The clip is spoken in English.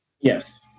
Yes